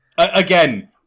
Again